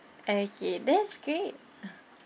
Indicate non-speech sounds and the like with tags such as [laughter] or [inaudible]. okay that's great [laughs]